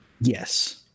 Yes